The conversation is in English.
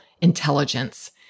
intelligence